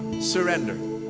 surrender,